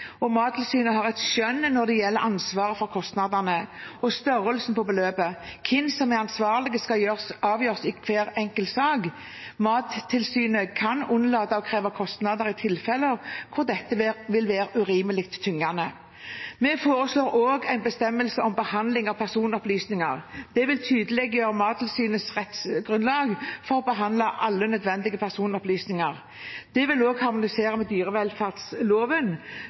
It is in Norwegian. og Mattilsynet har et skjønn når det gjelder ansvaret for kostnadene og størrelsen på beløpet. Hvem som er ansvarlig, skal avgjøres i hver enkelt sak. Mattilsynet kan unnlate å kreve kostnader i tilfeller hvor dette vil være urimelig tyngende. Vi foreslår også en bestemmelse om behandling av personopplysninger. Det vil tydeliggjøre Mattilsynets rettsgrunnlag for å behandle alle nødvendige personopplysninger. Det vil også harmonisere dyrevelferdsloven med systematikken og